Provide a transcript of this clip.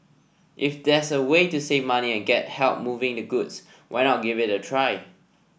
if there's a way to save money and get help moving the goods why not give it a try